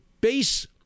base